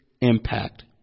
impact